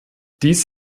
dies